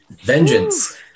vengeance